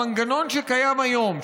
המנגנון שקיים היום,